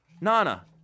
Nana